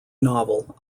novel